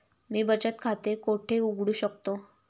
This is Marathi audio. मी बचत खाते कोठे उघडू शकतो?